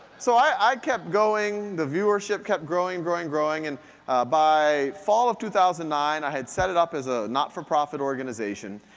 so i kept going, the viewership kept growing, growing, growing. and by fall of two thousand and nine i had set it up as a not-for-profit organization,